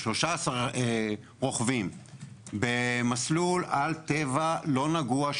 13 רוכבים במסלול טבע לא נגוע,